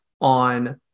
on